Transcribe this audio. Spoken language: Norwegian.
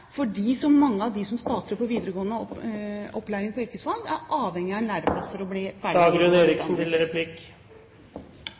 her, fordi så mange av dem som starter på videregående opplæring i yrkesfag, er avhengig av en lærlingplass for å bli ferdig